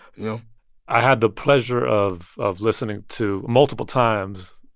you know i had the pleasure of of listening to, multiple times,